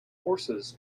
horses